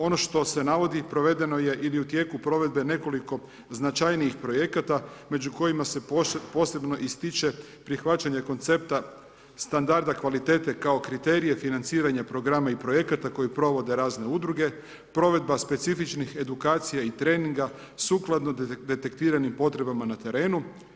Ono što se navodi provedeno je ili je u tijeku provedbe nekoliko značajnih projekat, a među kojima se posebno ističe prihvaćanje koncepta standarda, kvalitete kao kriterije, financiranje programa i projekata koje provode razne udruge, provedba specifičnih edukacija i treninga sukladno detektiranim potrebama na terenu.